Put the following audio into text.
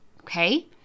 okay